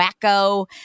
wacko